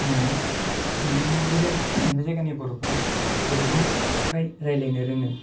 मोनो मानोना बे जायगानि बर'फोरा बर'खौ फ्राय रायलायनो रोङो